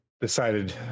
decided